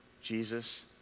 Jesus